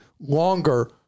longer